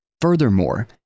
Furthermore